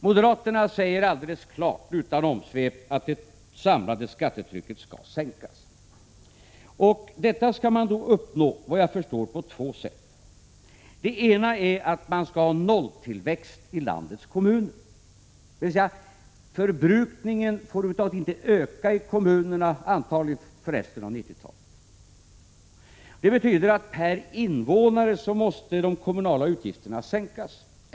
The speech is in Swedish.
Moderaterna säger klart och utan omsvep att det samlade skattetrycket måste sänkas. Det skall såvitt jag förstår uppnås på två sätt. Det ena är att ha nolltillväxt i landets kommuner, dvs. förbrukningen i kommunerna får över huvud taget inte öka under resten av 1980-talet. Det betyder att de kommunala utgifterna måste sänkas per invånare.